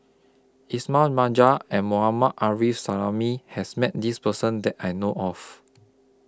Ismail Marjan and Mohammad Arif Suhaimi has Met This Person that I know of